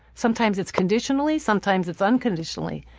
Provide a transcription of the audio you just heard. sometimes it's conditionally, sometimes it's unconditionally.